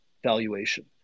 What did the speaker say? valuation